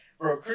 bro